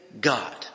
God